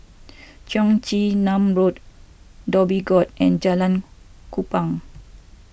Cheong Chin Nam Road Dhoby Ghaut and Jalan Kupang